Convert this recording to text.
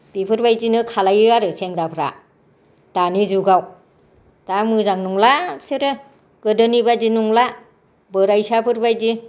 बेफोरबायदिनो खालामो आरो सेंग्राफ्रा दानि जुगाव दा मोजां नंला बिसोरो गोदोनि बायदि नंला बोराइसाफोरबादि